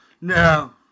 No